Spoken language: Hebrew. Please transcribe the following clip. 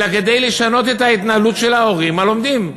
אלא כדי לשנות את ההתנהלות של ההורים הלומדים.